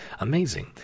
amazing